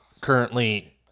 currently